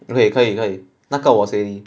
okay 可以可以那个我行